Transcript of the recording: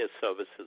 services